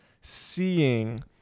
seeing